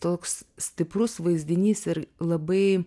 toks stiprus vaizdinys ir labai